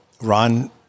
Ron